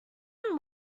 one